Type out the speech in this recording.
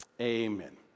Amen